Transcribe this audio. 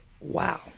wow